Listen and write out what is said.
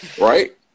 right